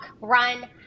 run